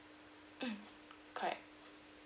mm correct